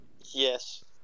Yes